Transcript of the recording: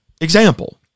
example